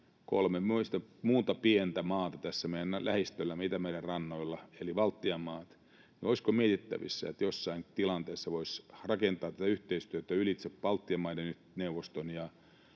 kolme muuta pientä maata tässä meidän lähistöllämme Itämeren rannoilla, eli Baltian maat, että jossain tilanteessa voisi rakentaa tätä yhteistyötä Baltian maiden neuvoston ja